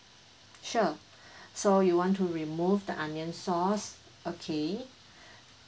sure so you want to remove the onion sauce okay